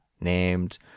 named